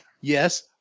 yes